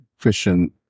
Christian